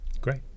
Great